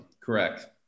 correct